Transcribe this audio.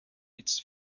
its